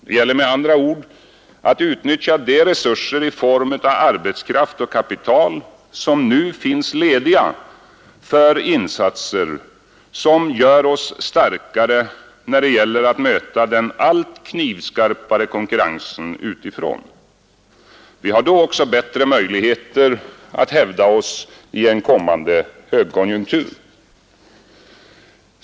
Det gäller med andra ord att utnyttja de resurser i form av arbetskraft och kapital som nu finns lediga för insatser som gör oss starkare när det gäller att möta den allt knivskarpare konkurrennsen utifrån. Vi har då också bättre möjligheter att hävda oss i en kommande högkonjunktur.